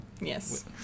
Yes